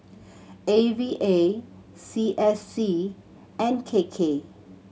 A V A C S C and K K